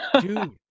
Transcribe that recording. dude